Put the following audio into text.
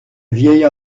vielle